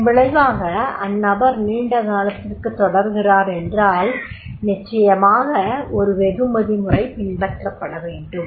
இதன் விளைவாக அந்நபர் நீண்ட காலத்திற்கு தொடர்கிறார் என்றால் நிச்சயமாக ஒரு வெகுமதி முறை பின்பற்றப்பட வேண்டும்